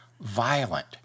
violent